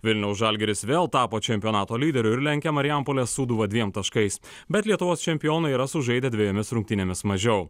vilniaus žalgiris vėl tapo čempionato lyderiu ir lenkia marijampolės sūduvą dviem taškais bet lietuvos čempionai yra sužaidę dvejomis rungtynėmis mažiau